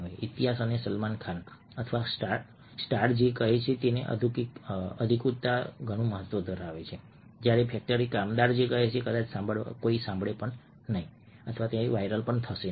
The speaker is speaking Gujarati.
ઇતિહાસ અને સલમાન ખાન અથવા સ્ટાર્સ જે કહે છે તેની અધિકૃતતા ઘણું મહત્વ ધરાવે છે જ્યારે ફેક્ટરી કામદાર જે કહે છે તે કદાચ સાંભળવામાં આવશે નહીં અથવા તે વાયરલ થશે નહીં